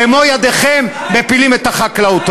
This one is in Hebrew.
במו-ידיכם מפילים את החקלאות.